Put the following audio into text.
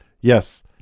yes